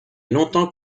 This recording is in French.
longtemps